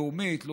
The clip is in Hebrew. לאומית,